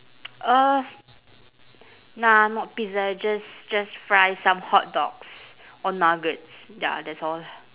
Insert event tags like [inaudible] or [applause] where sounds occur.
[noise] uh nah not pizza just just fry some hotdogs or nuggets dah that's all